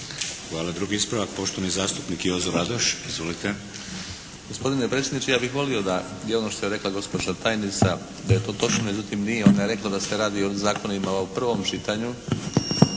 Hvala. Drugi ispravak poštovani zastupnik Jozo Radoš. Izvolite. **Radoš, Jozo (HNS)** Gospodine predsjedniče, ja bih molio da ono što je rekla gospođa tajnica da je to točno međutim nije. Ona je rekla da se radi o zakonima u prvom čitanju.